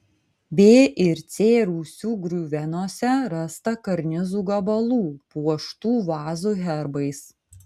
b ir c rūsių griuvenose rasta karnizų gabalų puoštų vazų herbais